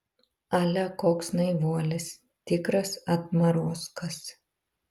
ale koks naivuolis tikras atmarozkas